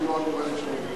והוא לא הגורם שמביא